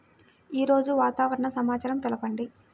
ఈరోజు వాతావరణ సమాచారం తెలుపండి